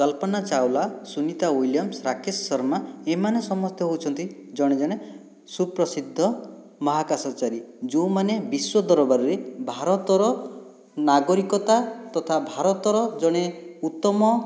କଲ୍ପନା Chawla Sunita Williams Rakesh Sharma ଏମାନେ ସମସ୍ତେ ହେଉଛନ୍ତି ଜଣେ ଜଣେ ସୁପ୍ରସିଦ୍ଧ ମହାକାଶଚାରୀ ଯେଉଁମାନେ ବିଶ୍ଵଦରବାରରେ ଭାରତର ନାଗରିକତା ତଥା ଭାରତର ଜଣେ ଉତ୍ତମ